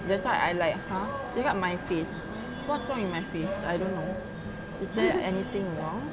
that's why I like !huh! screw up my face what's wrong with my face I don't know is there anything wrong